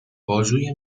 بازوی